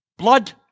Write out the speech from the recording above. blood